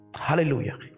Hallelujah